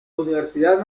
universidad